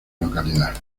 localidad